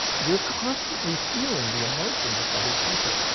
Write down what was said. you're constantly feeling the emotions of other people.